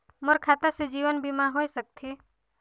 मोर खाता से जीवन बीमा होए सकथे?